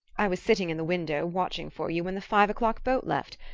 i was sitting in the window, watching for you, when the five o'clock boat left,